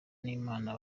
n’imana